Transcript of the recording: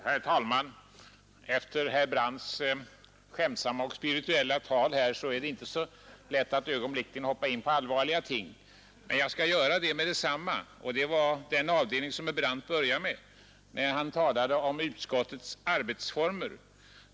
Herr talman! Efter herr Brandts skämtsamma och spirituella anförande är det inte så lätt att ögonblickligen hoppa in på allvarliga ting, men jag skall göra det med detsamma. Jag tar upp det som herr Brandt började med när han talade om utskottets arbetsformer.